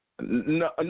No